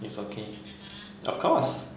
it's okay of course